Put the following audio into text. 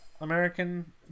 American